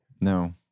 No